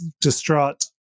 distraught